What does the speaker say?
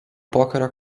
pokario